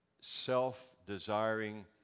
self-desiring